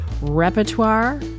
repertoire